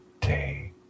day